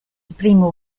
primo